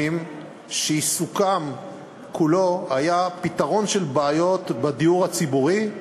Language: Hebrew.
שעיסוקם כולו היה פתרון של בעיות בדיור הציבורי,